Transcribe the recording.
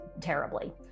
terribly